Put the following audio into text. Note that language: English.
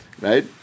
right